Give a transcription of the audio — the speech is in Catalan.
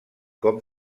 cop